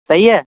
صحیح ہے